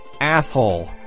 Asshole